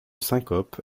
syncope